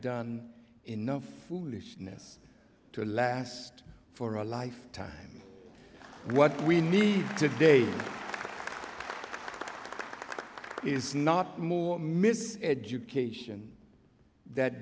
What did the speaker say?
done enough food ness to last for a life time what we need to day is not more miss education that